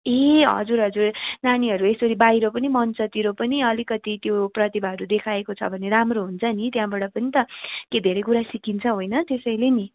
ए हजुर हजुर नानीहरू यसरी बाहिर पनि मञ्चतिर पनि अलिकति त्यो प्रतिभाहरू देखाएको छ भने राम्रो हुन्छ नि त्यहाँबाट पनि त के धेरै कुरा सिकिन्छ होइन त्यसैले नि